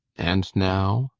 and now?